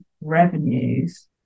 revenues